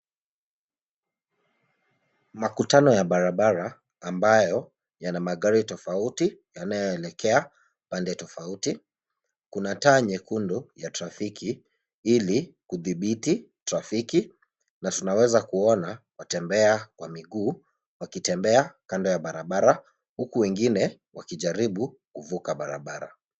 Makutano ya barabara ambayo yana magari tofauti, yanayo elekea pande tofauti. Kuna taa nyekundu ya trafiki ili kudhibiti trafiki na tunaweza kuona watembea wa miguu wakitembea kando ya barabara huku wengine wakijaribu kuvuka barabara.